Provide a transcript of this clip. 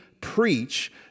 preach